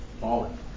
falling